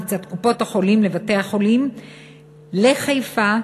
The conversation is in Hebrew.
מצד קופות-החולים לבתי-החולים בחיפה,